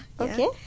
Okay